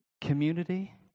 community